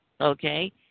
Okay